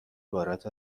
عبارت